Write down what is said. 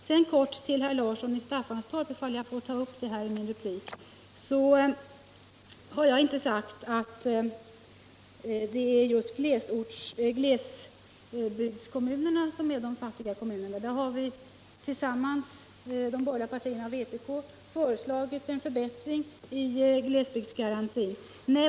Till herr Larsson i Staffanstorp vill jag säga att jag inte har sagt att det är just glesbygdskommunerna som är de fattiga kommunerna. De borgerliga partierna och vpk har tillsammans föreslagit en förbättring i glesbygdsgarantin.